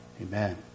Amen